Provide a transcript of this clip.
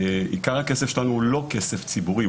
עיקר הכסף שלנו הוא לא כסף ציבורי,